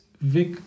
Vic